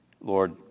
Lord